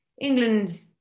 England